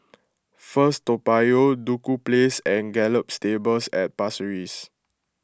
First Toa Payoh Duku Place and Gallop Stables at Pasir Ris